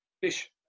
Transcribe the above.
fish